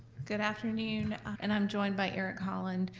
good afternoon, and i'm joined by eric holland,